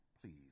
Please